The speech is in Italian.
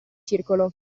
circolo